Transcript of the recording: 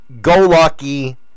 go-lucky